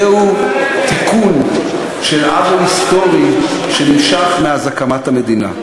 זהו תיקון של עוול היסטורי שנמשך מאז הקמת המדינה.